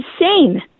insane